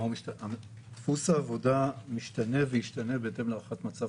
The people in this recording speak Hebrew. דפוס העבודה משתנה וישתנה בהתאם להערכת מצב